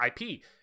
ip